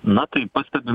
na tai pastebim